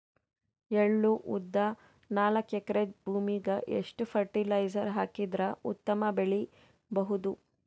ಎಳ್ಳು, ಉದ್ದ ನಾಲ್ಕಎಕರೆ ಭೂಮಿಗ ಎಷ್ಟ ಫರಟಿಲೈಜರ ಹಾಕಿದರ ಉತ್ತಮ ಬೆಳಿ ಬಹುದು?